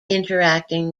interacting